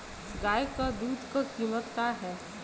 गाय क दूध क कीमत का हैं?